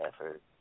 effort